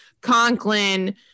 Conklin